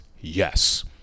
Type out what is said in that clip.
Yes